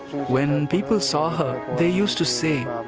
when people saw her, they used to say,